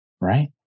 right